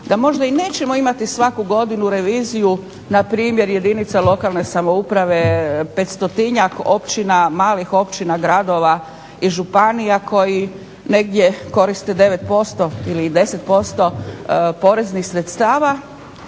da možda i nećemo imati svaku godinu reviziju na primjer jedinica lokalne samouprave, petstotinjak općina, malih općina, gradova i županija koji negdje koriste 9% ili 10% poreznih sredstava.